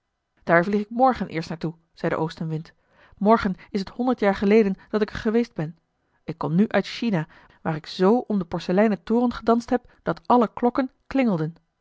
daar vlieg ik morgen eerst naar toe zei de oostenwind morgen is het honderd jaar geleden dat ik er geweest ben ik kom nu uit china waar ik zoo om den porseleinen toren gedanst heb dat alle klokken